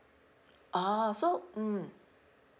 ah so mm